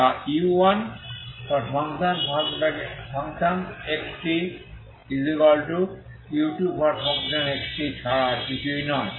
যা u1xtu2xt ছাড়া আর কিছুই নয়